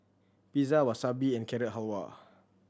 Pizza Wasabi and Carrot Halwa